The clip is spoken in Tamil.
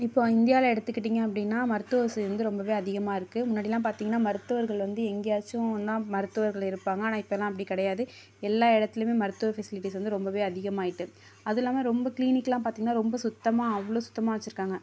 இப்போது இந்தியாவில் எடுத்துக்கிட்டிங்க அப்படின்னா மருத்துவ வசதி வந்து ரொம்ப அதிகமாக இருக்கு முன்னாடிலாம் பார்த்திங்கன்னா மருத்துவர்கள் வந்து எங்கேயாச்சும் தான் மருத்துவர்கள் இருப்பாங்க ஆனால் இப்போலாம் அப்படி கிடையாது எல்லா எடத்திலேயுமே மருத்துவ ஃபெசிலிட்டிஸ் வந்து ரொம்ப அதிகமாக ஆகிட்டு அது இல்லாமல் ரொம்ப கிளினிக்லாம் பார்த்திங்கன்னா ரொம்ப சுத்தமாக அவ்வளோ சுத்தமாக வச்சுருக்காங்க